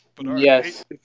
Yes